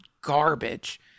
garbage